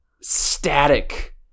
static